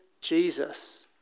Jesus